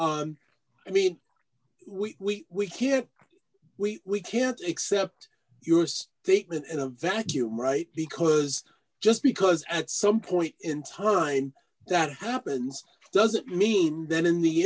i mean we we can't we we can't accept your statement in a vacuum right because just because at some point in time that happens doesn't mean then in the